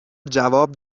جواب